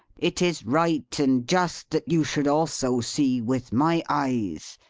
it is right and just that you should also see with my eyes,